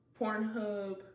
Pornhub